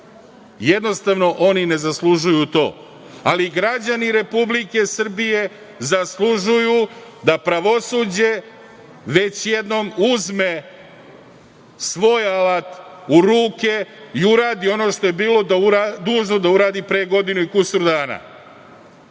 Jednostavno, oni ne zaslužuju to, ali građani Republike Srbije zaslužuju da pravosuđe već jednom uzme svoj alat u ruke i uradi ono što je bilo dužno da uradi pre godinu i kusur dana.